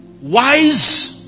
wise